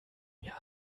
mir